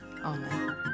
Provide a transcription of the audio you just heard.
Amen